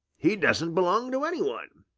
he doesn't belong to any one.